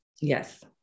Yes